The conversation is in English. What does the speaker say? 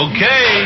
Okay